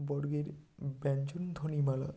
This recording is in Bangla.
বর্গের ব্যঞ্জন ধ্বনিমালা